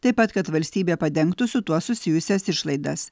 taip pat kad valstybė padengtų su tuo susijusias išlaidas